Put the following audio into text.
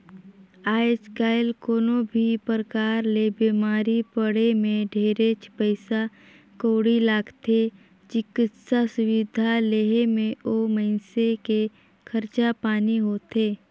आयज कायल कोनो भी परकार ले बिमारी पड़े मे ढेरेच पइसा कउड़ी लागथे, चिकित्सा सुबिधा लेहे मे ओ मइनसे के खरचा पानी होथे